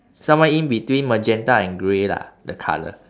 somewhere in between magenta and grey lah the colour